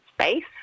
Space